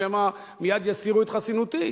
שמא מייד יסירו את חסינותי.